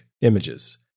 images